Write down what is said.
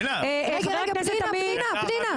חבר הכנסת עמית --- רגע, פנינה, פנינה.